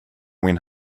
min